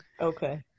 Okay